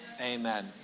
Amen